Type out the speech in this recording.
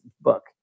book